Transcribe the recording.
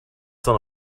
son